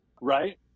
Right